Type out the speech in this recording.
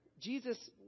Jesus